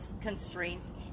constraints